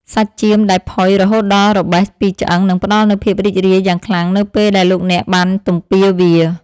សាច់ចៀមដែលផុយរហូតដល់របេះពីឆ្អឹងនឹងផ្តល់នូវភាពរីករាយយ៉ាងខ្លាំងនៅពេលដែលលោកអ្នកបានទំពារវា។